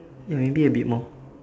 ya maybe a bit more